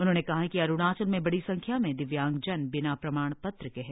उन्होंने कहा कि अरुणाचल में बड़ी संख्या में दिव्यांगजन बिना प्रमाण पत्र के है